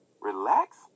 Relax